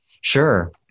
Sure